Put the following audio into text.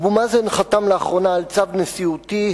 אבו מאזן חתם לאחרונה על צו נשיאותי,